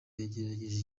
yagerageje